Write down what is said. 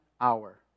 hour